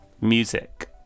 music